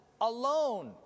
alone